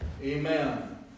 Amen